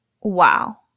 wow